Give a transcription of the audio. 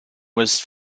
was